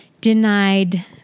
denied